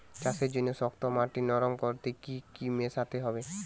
চাষের জন্য শক্ত মাটি নরম করতে কি কি মেশাতে হবে?